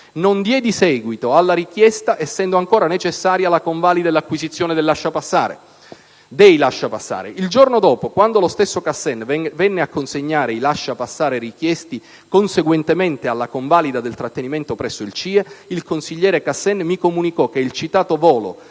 Non diedi seguito alla richiesta essendo ancora necessaria la convalida e l'acquisizione dei lasciapassare. Il giorno dopo, quando lo stesso Khassen venne a consegnare i lasciapassare richiesti conseguentemente alla convalida del trattenimento presso il CIE, il consigliere Khassen mi comunicò che il citato volo